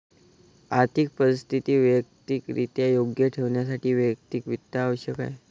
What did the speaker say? आर्थिक परिस्थिती वैयक्तिकरित्या योग्य ठेवण्यासाठी वैयक्तिक वित्त आवश्यक आहे